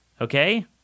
Okay